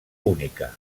única